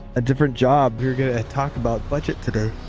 ah different job. we were going to talk about budget today.